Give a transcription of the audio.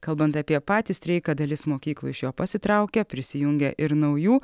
kalbant apie patį streiką dalis mokyklų iš jo pasitraukia prisijungia ir naujų